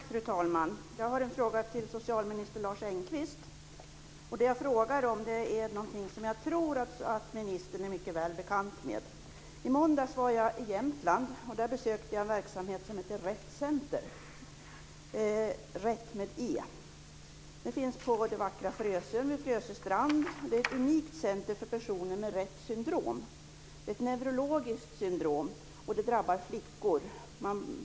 Fru talman! Jag har en fråga till socialminister Lars Engqvist. Jag tror att ministern är väl bekant med ämnet. I måndags var jag i Jämtland och besökte en verksamhet som kallas Rett Center. Det finns på den vackra Frösön vid Frösö Strand. Det är ett unikt center för personer med Retts syndrom. Det är ett neurologiskt syndrom som drabbar flickor.